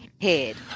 head